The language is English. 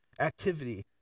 activity